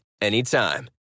anytime